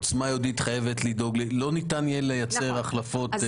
לא ניתן יהיה לייצר החלפות.